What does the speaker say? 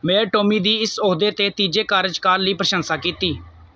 mayor Tommy ਦੀ ਇਸ ਅਹੁਦੇ 'ਤੇ ਤੀਜੇ ਕਾਰਜਕਾਲ ਲਈ ਪ੍ਰਸ਼ੰਸਾ ਕੀਤੀ